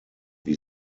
wie